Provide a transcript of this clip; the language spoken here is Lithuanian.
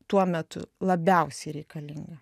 tuo metu labiausiai reikalinga